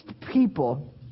people